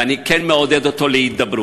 ואני כן מעודד אותו להידברות.